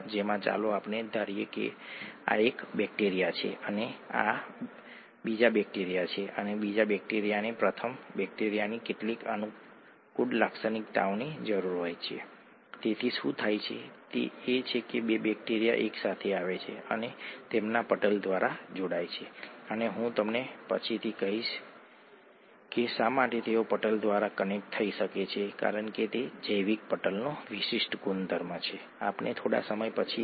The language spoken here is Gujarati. તો પછી ચાલો આપણે અમુક અંશે પ્રોટીનના એકત્રીકરણને જોઈએ આપણે બાજુના માર્ગો પર ઉડાન ભરી છે અને તે મૂળભૂત જીવવિજ્ઞાન જૈવિક અણુઓ વગેરે વિશે જાણવાની દ્રષ્ટિએ ખૂબ જ સમૃદ્ધ છે